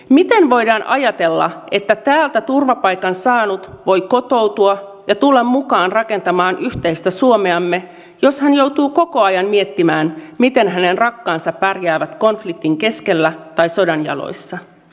miten voidaan ajatella että täältä turvapaikan saanut voi kotoutua ja tulla mukaan rakentamaan yhteistä suomeamme jos hän joutuu koko ajan miettimään miten hänen rakkaansa pärjäävät konfliktin keskellä tai sodan jaloissa